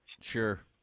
Sure